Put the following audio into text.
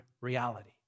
reality